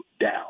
down